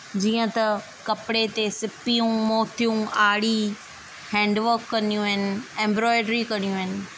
जीअं त कपिड़े ते सीपियूं मोतियूं आड़ी हैंडवर्क कंदियूं आहिनि एम्ब्रॉइडरी कंदियूं आहिनि